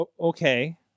Okay